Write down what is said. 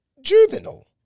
juvenile